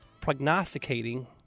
prognosticating